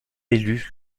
élu